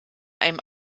einem